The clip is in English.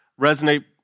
resonate